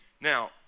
Now